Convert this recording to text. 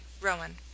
Rowan